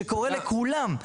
שקורא לכולם.